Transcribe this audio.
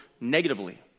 negatively